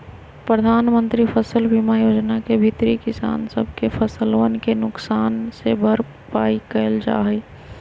प्रधानमंत्री फसल बीमा योजना के भीतरी किसान सब के फसलवन के नुकसान के भरपाई कइल जाहई